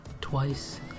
twice